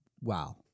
wow